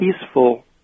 peaceful